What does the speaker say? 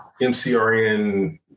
MCRN